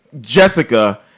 Jessica